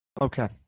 Okay